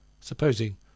supposing